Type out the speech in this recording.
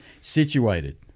situated